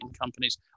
companies